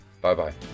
bye-bye